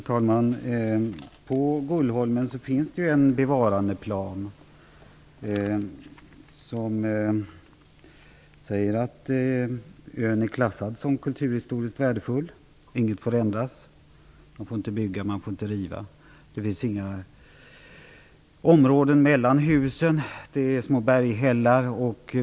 Fru talman! Det finns en bevarandeplan på Gullholmen som säger att ön är klassad som kulturhistoriskt värdefull, inget får ändras, man får inte bygga och man får inte riva. Det finns inga områden mellan husen. Det är små berghällar.